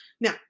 Now